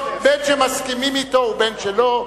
בין שמסכימים אתו ובין שלא.